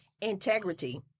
integrity